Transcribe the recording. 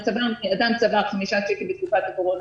בן אדם צבר חמישה צ'קים בתקופת הקורונה,